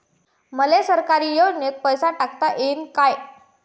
मले सरकारी योजतेन पैसा टाकता येईन काय?